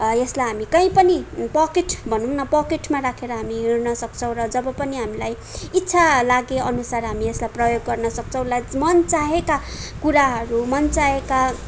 यसलाई हामी कई पनि पकेट भनौँ न पकेटमा राखेर हिँड्न सक्छौँ र जब पनि हामीलाई ईच्छा लागेअनुसार हामी यसलाई प्रयोग गर्नुसक्छौँ मनचाहेका कुराहरू मनचाहेका